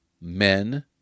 men